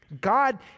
God